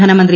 ധനമന്ത്രി